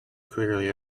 clearly